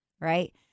right